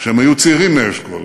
כשהם היו צעירים מאשכול.